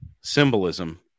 symbolism